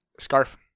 Scarf